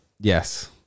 yes